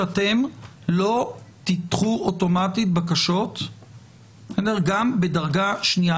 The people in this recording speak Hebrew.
שאתם לא תדחו אוטומטית בקשות גם בדרגה שנייה.